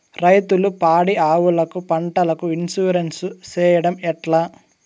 రైతులు పాడి ఆవులకు, పంటలకు, ఇన్సూరెన్సు సేయడం ఎట్లా?